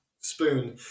Spoon